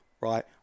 right